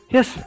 Yes